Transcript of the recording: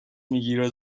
میگیره